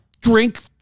drink-